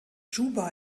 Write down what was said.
juba